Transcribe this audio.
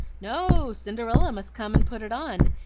no cinderella must come and put it on.